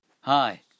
Hi